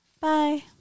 Bye